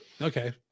Okay